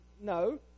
No